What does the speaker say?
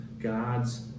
God's